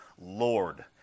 Lord